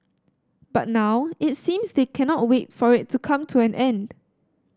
but now it seems they cannot wait for it to come to an end